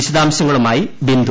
വിശദാംശങ്ങളുമായി ബിന്ദു